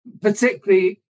particularly